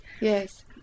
Yes